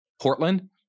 Portland